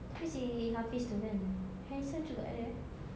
itu si hafiz itu kan handsome juga dia eh